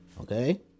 okay